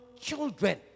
children